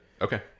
Okay